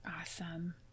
Awesome